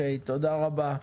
תודה רבה.